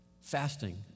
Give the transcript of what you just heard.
fasting